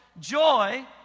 Joy